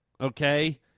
okay